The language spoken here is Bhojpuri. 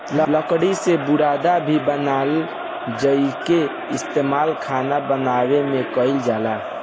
लकड़ी से बुरादा भी बनेला जेइके इस्तमाल खाना बनावे में कईल जाला